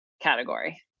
category